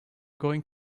going